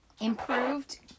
improved